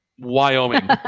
Wyoming